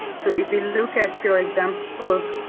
so if you look at your examples,